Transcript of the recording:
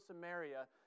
Samaria